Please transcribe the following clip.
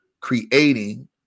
creating